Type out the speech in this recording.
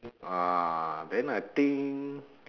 ah then I think